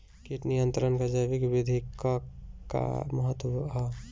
कीट नियंत्रण क जैविक विधि क का महत्व ह?